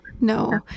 No